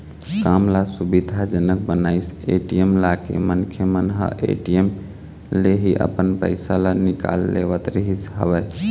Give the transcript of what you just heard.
काम ल सुबिधा जनक बनाइस ए.टी.एम लाके मनखे मन ह ए.टी.एम ले ही अपन पइसा ल निकाल लेवत रिहिस हवय